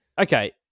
okay